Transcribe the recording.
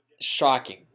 shocking